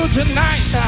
tonight